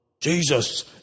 Jesus